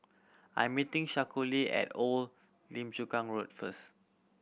I am meeting Shaquille at Old Lim Chu Kang Road first